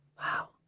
Wow